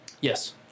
Yes